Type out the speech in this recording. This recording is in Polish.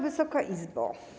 Wysoka Izbo!